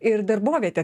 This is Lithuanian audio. ir darbovietę